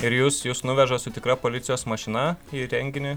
ir jus jus nuveža su tikra policijos mašina į renginį